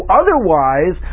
otherwise